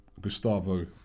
Gustavo